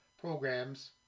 programs